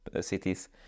cities